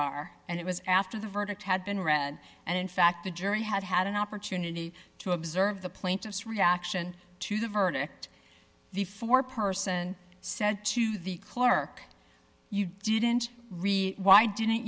bar and it was after the verdict had been read and in fact the jury had had an opportunity to observe the plaintiff's reaction to the verdict the four person said to the clerk you didn't read why didn't